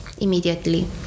immediately